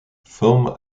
forme